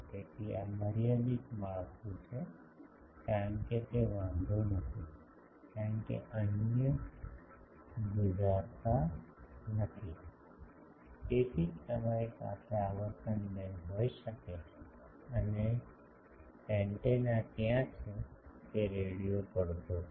તેથી આ મર્યાદિત માળખું છે કારણ કે તે વાંધો નથી કારણ કે અન્ય ગુંજારતા નથી તેથી જ તમારી પાસે આવર્તન બેન્ડ હોઈ શકે છે અને એન્ટેના ત્યાં છે તે રેડિયો પડઘો છે